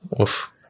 Oof